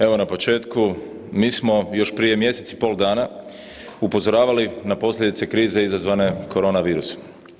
Evo na početku, mi smo još prije mjesec i pol dana upozoravali na posljedice krize izazvane korona virusom.